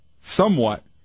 Somewhat